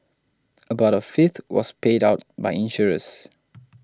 about a fifth was paid out by insurers